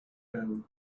down